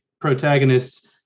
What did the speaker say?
protagonists